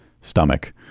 stomach